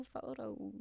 photos